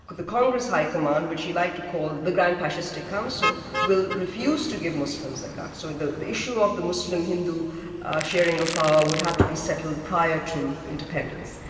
the congress high command which he liked to call the grand fascisti council will refuse to give muslims a cut, so the the issue of the muslim-hindu sharing of power would have to be settled prior to independence.